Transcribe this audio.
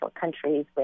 countries